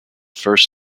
first